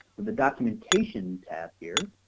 the documentation tab here,